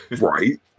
Right